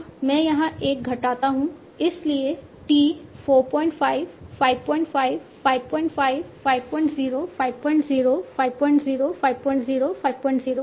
मैं यहाँ एक घटाता हूँ इसलिए t 45 55 55 50 50 50 50 50 50 होगा